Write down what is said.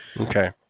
okay